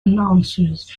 announcers